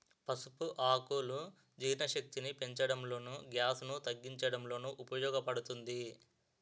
పసుపు ఆకులు జీర్ణశక్తిని పెంచడంలోను, గ్యాస్ ను తగ్గించడంలోనూ ఉపయోగ పడుతుంది